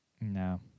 no